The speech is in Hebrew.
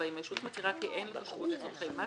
אם הישות מצהירה כי אין לה תושבות לצורכי מס